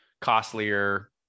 costlier